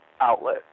outlet